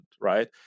right